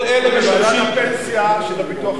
דווקא